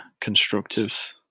constructive